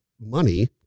money